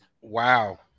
Wow